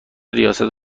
ریاست